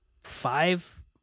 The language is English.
five